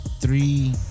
Three